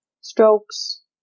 strokes